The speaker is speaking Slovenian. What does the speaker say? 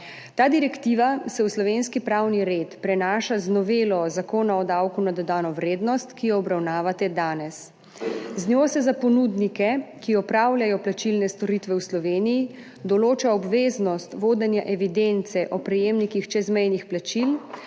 Ta direktiva se v slovenski pravni red prenaša z novelo Zakona o davku na dodano vrednost, ki jo obravnavate danes. Z njo se za ponudnike, ki opravljajo plačilne storitve v Sloveniji, določa obveznost vodenja evidence o prejemnikih čezmejnih plačil,